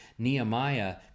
Nehemiah